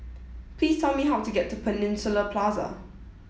please tell me how to get to Peninsula Plaza